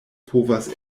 povas